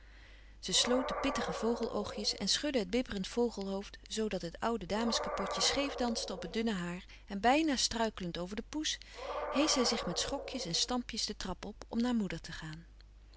de pittige vogeloogjes en schudde het bibberend vogelhoofd zoo dat het oude dames kapotje scheef danste op het dunne haar en bijna struikelend over de poes heesch zij zich met schokjes en stampjes de trap op om naar moeder te gaan